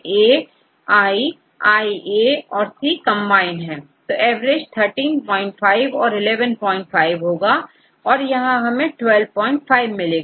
I A और C combined है तो एवरेज 13 5 और11 5 होगा यहां हमें 12 5 मिलेगा